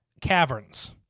caverns